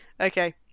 okay